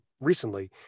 recently